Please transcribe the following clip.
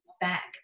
back